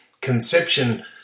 conception